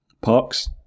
Parks